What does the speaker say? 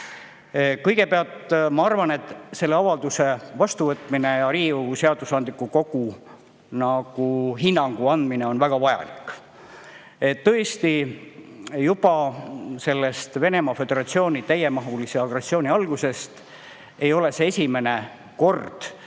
Kõigepealt, ma arvan, et selle avalduse vastuvõtmine ja Riigikogu, seadusandliku kogu hinnangu andmine on väga vajalik. Tõesti, Venemaa Föderatsiooni täiemahulise agressiooni algusest peale ei ole see esimene kord,